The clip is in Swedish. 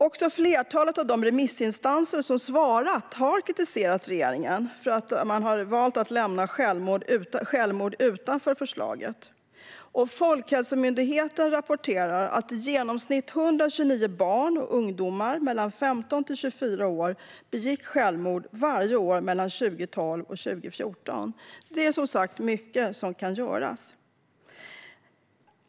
Också flertalet av de remissinstanser som svarat har kritiserat att regeringen valt att lämna självmord utanför förslaget. Folkhälsomyndigheten rapporterar att i genomsnitt 129 barn och ungdomar mellan 15 och 24 år begick självmord varje år mellan 2012 och 2014. Det är, som sagt, mycket som kan göras.